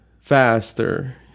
faster